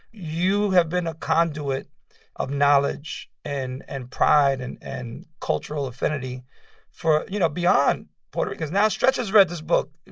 you have been a conduit of knowledge and and pride and and cultural affinity for, you know, beyond puerto ricans. now stretch has read this book,